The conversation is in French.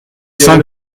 cinq